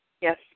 Yes